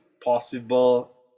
possible